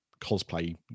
cosplay